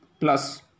plus